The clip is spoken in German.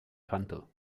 kannte